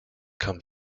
kam